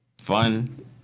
Fun